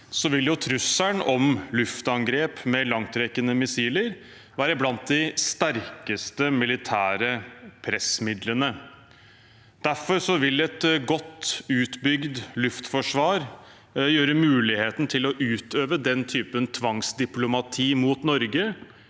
trusselen om luftangrep med langtrekkende missiler være blant de sterkeste militære pressmidlene. Derfor vil et godt utbygd luftforsvar gjøre muligheten til å utøve den typen tvangsdiplomati mot Norge